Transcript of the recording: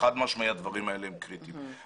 חד משמעית הדברים האלה הם קריטיים.